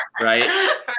right